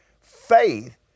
Faith